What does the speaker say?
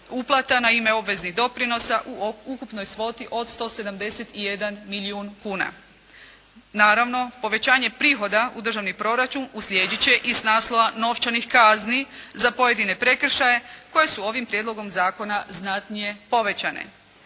na ime obveznih doprinosa u ukupnoj svoti od 171 milijun kuna. Naravno povećanje prihoda u državni proračun uslijedit će i s naslova novčanih kazni za pojedine prekršaje koje su ovim Prijedlogom zakona znatnije povećane.